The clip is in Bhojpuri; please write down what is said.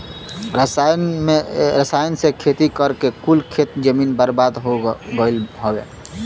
रसायन से खेती करके कुल खेत जमीन बर्बाद हो लगल हौ